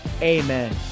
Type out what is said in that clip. Amen